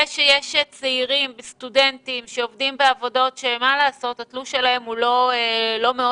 אתם גם יודעים שיש צעירים וסטודנטים שעובדים בעבודות שהתלוש הוא לא מאוד